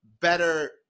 better